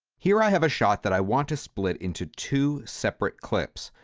here i have a shot that i want to split into two separate clips.